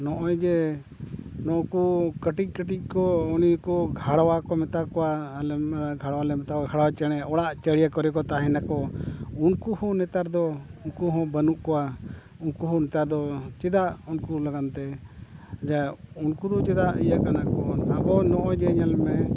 ᱱᱚᱜᱼᱚᱭ ᱡᱮ ᱱᱩᱠᱩ ᱠᱟᱹᱴᱤᱡ ᱠᱟᱹᱴᱤᱡ ᱠᱚ ᱩᱱᱤ ᱠᱚ ᱜᱷᱟᱲᱣᱟ ᱠᱚ ᱢᱮᱛᱟ ᱠᱚᱣᱟ ᱟᱞᱮ ᱢᱟ ᱜᱷᱟᱲᱣᱟᱞᱮ ᱢᱮᱛᱟ ᱠᱚᱣᱟ ᱜᱷᱟᱲᱟᱣ ᱪᱮᱬᱮ ᱚᱲᱟᱜ ᱪᱮᱬᱮ ᱠᱚᱨᱮ ᱠᱚ ᱛᱟᱦᱮᱱᱟᱠᱚ ᱩᱱᱠᱩ ᱦᱚᱸ ᱱᱮᱛᱟᱨ ᱫᱚ ᱩᱱᱠᱩ ᱦᱚᱸ ᱵᱟᱹᱱᱩᱜ ᱠᱚᱣᱟ ᱩᱱᱠᱩ ᱦᱚᱸ ᱱᱮᱛᱟᱨ ᱫᱚ ᱪᱮᱫᱟᱜ ᱩᱱᱠᱩ ᱞᱟᱹᱜᱤᱫ ᱛᱮ ᱡᱟᱭᱦᱳᱠ ᱩᱱᱠᱩ ᱫᱚ ᱪᱮᱫᱟᱜ ᱤᱭᱟᱹᱜ ᱠᱟᱱᱟᱠᱚ ᱟᱵᱚ ᱱᱚᱜᱼᱚᱭ ᱡᱮ ᱧᱮᱞ ᱢᱮ